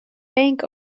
bank